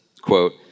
quote